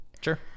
Sure